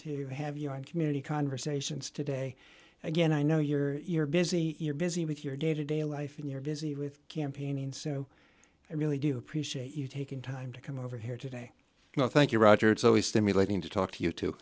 to have your community conversations today again i know you're busy you're busy with your day to day life in your busy with campaigning so i really do appreciate you taking time to come over here today well thank you roger it's always stimulating to talk to you too